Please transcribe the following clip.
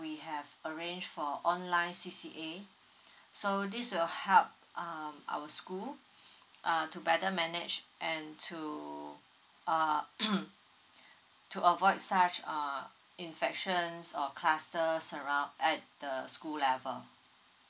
we have arrange for online C_C_A so this will help uh our school err to better managed and to uh to avoid such uh infections or cluster surround at the school level